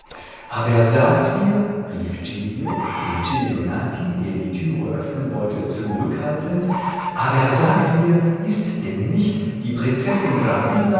aber sagt mir rief giglio den celionati der die türe öffnen wollte zurückhaltend aber sagt mir ist denn nicht die prinzessin